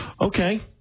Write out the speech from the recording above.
okay